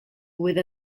with